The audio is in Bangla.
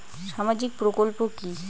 সামাজিক প্রকল্প কি?